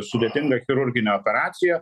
sudėtingą chirurginę operaciją